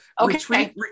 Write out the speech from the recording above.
Okay